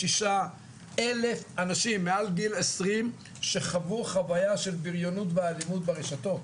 226,000 אנשים מעל גיל 20 שחוו חוויה של בריונות ואלימות ברשתות,